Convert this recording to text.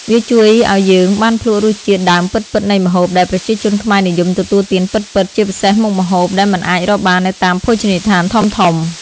វាជួយឱ្យយើងបានភ្លក្សរសជាតិដើមពិតៗនៃម្ហូប ដែលប្រជាជនខ្មែរនិយមទទួលទានពិតៗ ជាពិសេសមុខម្ហូបដែលមិនអាចរកបាននៅតាមភោជនីយដ្ឋានធំៗ ។